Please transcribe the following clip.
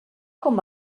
com